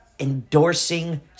Endorsing